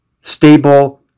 stable